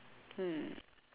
hmm